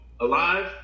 alive